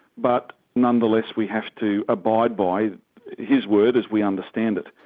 but nonetheless we have to abide by his word as we understand it.